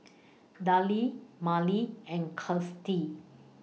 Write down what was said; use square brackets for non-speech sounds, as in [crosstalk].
[noise] Darell Marlee and Gustie